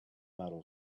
metal